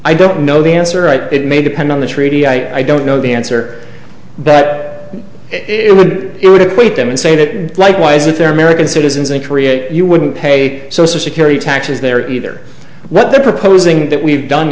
i don't know the answer it may depend on the treaty i don't know the answer but it would it would equate them and say that likewise if they're american citizens and create you wouldn't pay social security taxes there either what they're proposing that we've done